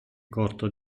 corto